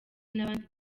nabandi